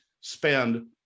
spend